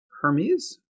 Hermes